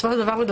בסופו של דבר לא